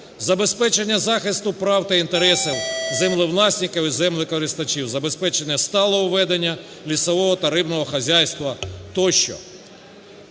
забезпечення захисту прав та інтересів землевласників і землекористувачів, забезпечення сталого ведення лісового та рибного хазяйства тощо.